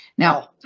Now